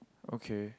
okay